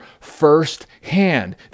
firsthand